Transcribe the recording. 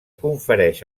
confereix